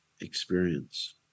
experience